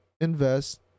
invest